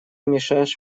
мешаешь